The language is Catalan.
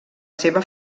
seva